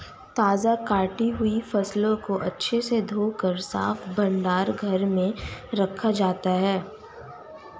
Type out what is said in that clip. ताजा कटी हुई फसलों को अच्छे से धोकर साफ भंडार घर में रखा जाता है